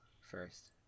first